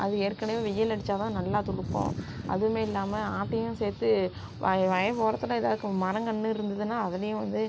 அது ஏற்கனவே வெய்யில் அடித்தா தான் நல்லா துளுர்க்கும் அதுவும் இல்லாமல் ஆட்டையும் சேர்த்து வயல் வயல் ஓரத்தில் எதாக்கும் மரங்கன்னு இருந்ததுன்னா அதுலேயும் வந்து